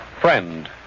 friend